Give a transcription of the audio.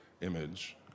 image